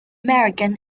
american